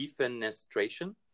defenestration